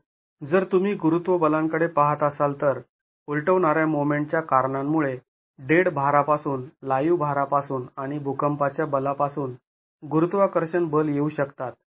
तर जर तुम्ही गुरुत्व बलांकडे पहात असाल तर उलटवणाऱ्या मोमेंट च्या कारणांमुळे डेड भारापासून लाईव्ह भारापासून आणि भुकंपाच्या बलापासुन गुरुत्वाकर्षण बल येऊ शकतात